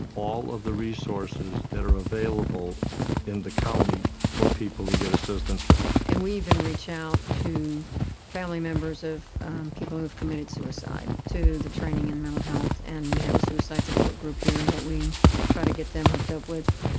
all of the resources that are available in the county for people to get assistance from. and we even reach out to family members of people who have committed suicide to the training in mental health, and we have a suicide support group here that we try to get them hooked up with.